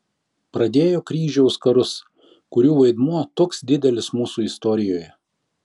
pradėjo kryžiaus karus kurių vaidmuo toks didelis mūsų istorijoje